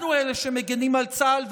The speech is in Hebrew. אנחנו אלה שמגינים על צה"ל,